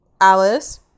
Alice